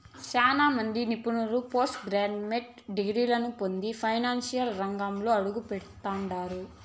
సేనా మంది నిపుణులు పోస్టు గ్రాడ్యుయేట్ డిగ్రీలని పొంది ఫైనాన్సు రంగంలో అడుగుపెడతండారు